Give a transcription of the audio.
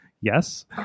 Yes